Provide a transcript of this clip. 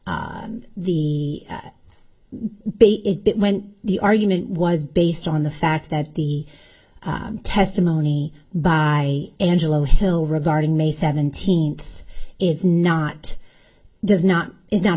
bit when the argument was based on the fact that the testimony by angelo hill regarding may seventeenth is not does not is not